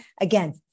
Again